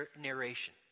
narration